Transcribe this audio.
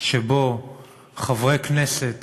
שבו חברי כנסת